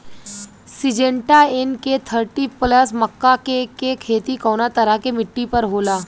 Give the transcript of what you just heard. Syngenta NK thirty plus मक्का के के खेती कवना तरह के मिट्टी पर होला?